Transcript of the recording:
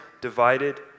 divided